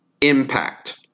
impact